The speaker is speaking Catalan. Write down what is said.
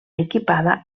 equipada